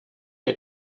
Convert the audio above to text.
der